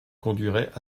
conduirait